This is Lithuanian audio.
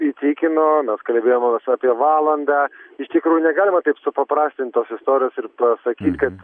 įtikino mes kalbėjomės apie valandą iš tikrųjų negalima taip supaprastint tos istorijos ir pasakyti kad